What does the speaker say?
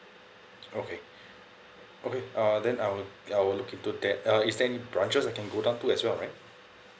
okay okay uh then I'll I'll look into that uh is there any branches I can go down to as well right